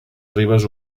ribes